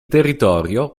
territorio